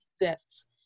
exists